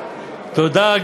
תודה.